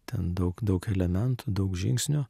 ten daug daug elementų daug žingsnių